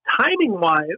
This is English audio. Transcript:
timing-wise